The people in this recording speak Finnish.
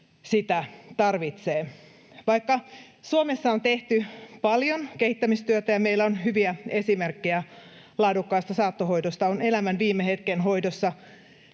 sitä tarvitsee. Vaikka Suomessa on tehty paljon kehittämistyötä ja meillä on hyviä esimerkkejä laadukkaasta saattohoidosta, on elämän viime hetken hoidossa